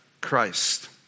Christ